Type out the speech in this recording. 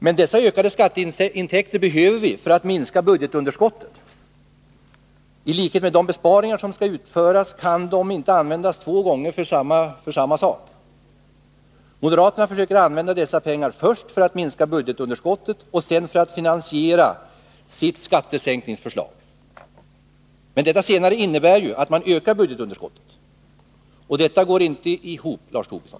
Men dessa ökade skatteintäkter behöver vi för att minska budgetunderskottet. I likhet med de besparingar som skall utföras kan inte dessa ökade skatteintäkter användas två gånger för samma sak. Moderaterna försöker använda dessa pengar först för att minska underskottet och sedan för att finansiera sitt skattesänkningsförslag. Detta senare innebär ju att man ökar budgetunderskottet. Det går inte ihop, Lars Tobisson.